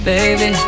Baby